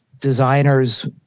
designers